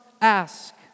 ask